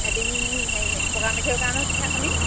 এদিন হেৰি পকা মিঠৈৰ কাৰণেও পিঠা খুন্দিম